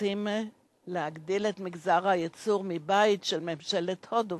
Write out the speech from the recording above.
אנחנו רוצים להגדיל את מגזר הייצור מבַּית של ממשלת הודו,